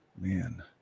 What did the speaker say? man